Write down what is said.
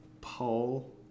Paul